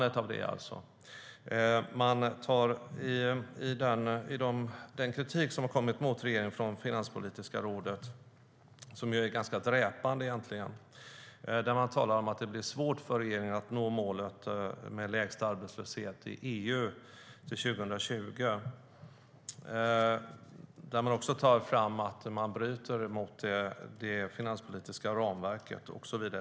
I den kritik mot regeringen som har kommit från Finanspolitiska rådet, som är ganska dräpande, talar man om att det blir svårt för regeringen att nå målet om den lägsta arbetslösheten i EU till 2020. Man tar också upp att regeringen bryter mot det finanspolitiska ramverket och så vidare.